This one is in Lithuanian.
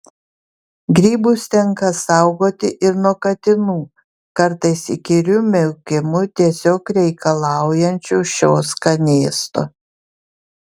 grybus tenka saugoti ir nuo katinų kartais įkyriu miaukimu tiesiog reikalaujančių šio skanėsto